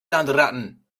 landratten